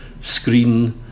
screen